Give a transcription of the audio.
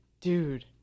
Dude